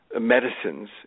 medicines